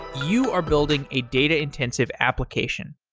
you are building a data-intensive application.